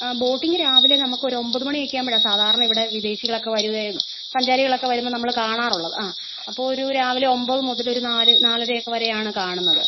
ആ ബോട്ടിംഗ് രാവിലെ നമ്മൾക്ക് ഒരു ഒമ്പത് മണി ഒക്കെ ആവുമ്പോഴാണ് സാധാരണ ഇവിടെ വിദേശികൾ ഒക്കെ വരുകയും സഞ്ചാരികൾ ഒക്കെ വരുമ്പോൾ നമ്മൾ കാണാറുള്ളത് ആ അപ്പോൾ ഒരു രാവിലെ ഒമ്പത് മുതൽ ഒരു നാല് നാലര ഒക്കെ വരെ ആണ് കാണുന്നത്